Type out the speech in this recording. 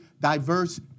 diverse